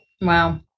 Wow